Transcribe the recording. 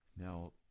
Now